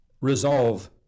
resolve